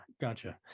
gotcha